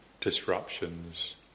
disruptions